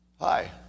Hi